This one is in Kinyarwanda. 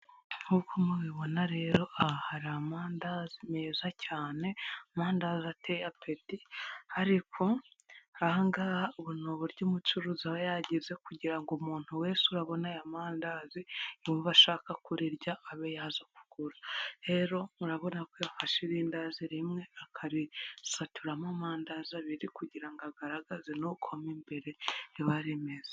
Nk'uko mubibona rero aha hari amandazi meza cyane. Amandazi ateye apeti ariko aha ngaha ubu ni uburyo umucuruzi aba yagize kugira ngo umuntu wese urabona aya mandazi yumve ashaka kurirya abe yaza kugura. Rero murabona ko yafashe irindazi rimwe akarisaturamo amandazi abiri kugira ngo agaragaze nuko mo imbere riba rimeze.